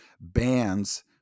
bands